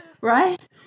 right